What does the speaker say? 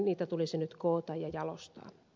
niitä tulisi nyt koota ja jalostaa